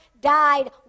died